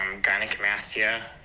gynecomastia